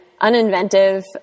uninventive